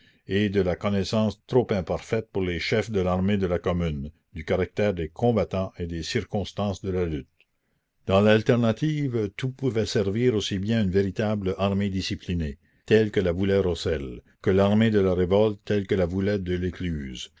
et de la connaissance trop imparfaite pour les chefs de l'armée de la commune du caractère des combattants et des circonstances de la lutte dans l'alternative tout pouvait servir aussi bien une véritable armée disciplinée telle que la voulait rossel que l'armée de la révolte telle que la